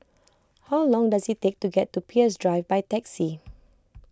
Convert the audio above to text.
how long does it take to get to Peirce Drive by taxi